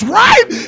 right